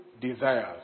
desires